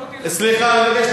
את שניכם.